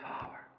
power